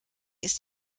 ist